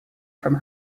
from